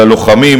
ללוחמים,